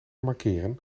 markeren